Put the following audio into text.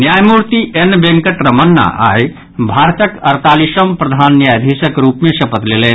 न्यायमूर्ति एन वेंकट रमन्ना आई भारतक अड़तालीसम प्रधान न्यायाधीशक रूप मे शपथ लेलनि